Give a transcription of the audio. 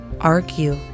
argue